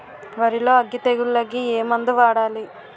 వరిలో అగ్గి తెగులకి ఏ మందు వాడాలి?